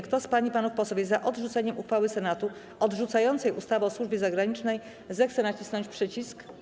Kto z pań i panów posłów jest za odrzuceniem uchwały Senatu odrzucającej ustawę o służbie zagranicznej, zechce nacisnąć przycisk.